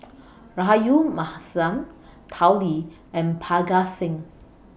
Rahayu Mahzam Tao Li and Parga Singh